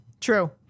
True